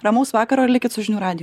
ramaus vakaro ir likit su žinių radiju